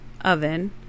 oven